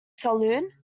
saloon